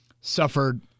suffered –